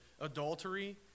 adultery